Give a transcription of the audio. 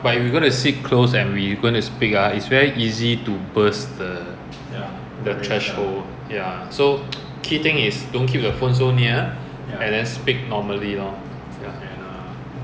but now this morning when I wake up I realize the roster came back for ninth august they took out and then I email them yesterday to tell them that my three in ninety is expiring